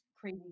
crazy